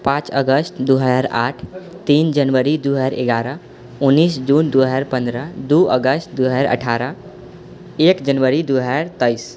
पाँच अगस्त दू हजार आठ तीन जनवरी दू हजार एगारह उन्नैस जून दू हजार पन्द्रह दू अगस्त दू हजार अठारह एक जनवरी दू हजार तेइस